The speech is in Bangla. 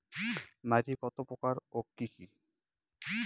মাটি কতপ্রকার ও কি কী?